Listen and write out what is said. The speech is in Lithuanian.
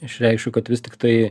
išreikšiu kad vis tiktai